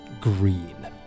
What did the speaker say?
green